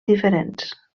diferents